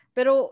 Pero